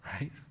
right